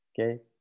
Okay